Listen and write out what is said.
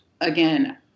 again